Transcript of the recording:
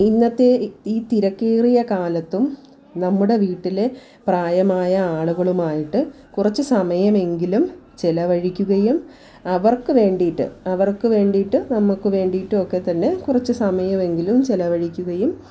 ഇന്നത്തെ ഈ തിരക്കേറിയ കാലത്തും നമ്മുടെ വീട്ടിൽ പ്രായമായ ആളുകളുമായിട്ട് കുറച്ച് സമയം എങ്കിലും ചിലവഴിക്കുകയും അവർക്ക് വേണ്ടിയിട്ട് അവർക്ക് വേണ്ടിയിട്ട് നമുക്ക് വേണ്ടിയിട്ടൊക്കെ തന്നെ കുറച്ച് സമയം എങ്കിലും ചിലവഴിക്കുകയും